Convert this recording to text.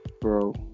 bro